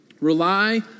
Rely